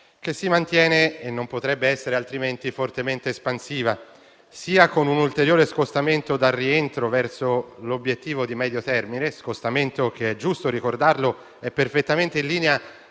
che si mantiene - e non potrebbe essere altrimenti - fortemente espansiva. Questo avviene anzitutto con un ulteriore scostamento dal rientro verso l'obiettivo di medio termine; scostamento che - è giusto ricordarlo - è perfettamente in linea